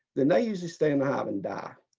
then they usually stay in hive and die.